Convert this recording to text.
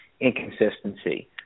inconsistency